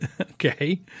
Okay